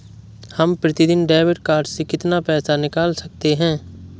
हम प्रतिदिन debit card से कितना पैसा निकाल सकते हैं?